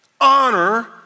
Honor